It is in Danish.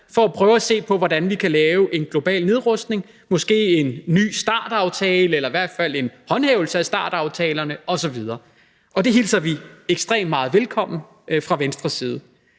for at prøve at se på, hvordan vi kan lave en global nedrustning, måske en ny START-aftale eller i hvert fald en håndhævelse af START-aftalerne osv. Det hilser vi ekstremt meget velkomment fra Venstres side.